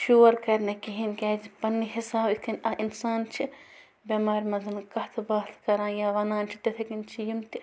شور کر نہٕ کِہیٖنۍ کیٛازِ پَنٛنہِ حساب یِتھ کٔنۍ اِنسان چھِ بٮ۪مارِ منٛز کَتھ باتھ کران یا ونان چھِ تِتھے کٔنۍ چھِ یِم تہِ